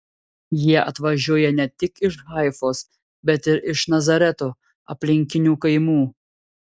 jie atvažiuoja ne tik iš haifos bet ir iš nazareto aplinkinių kaimų